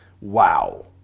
wow